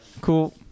Cool